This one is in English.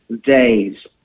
days